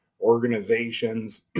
organizations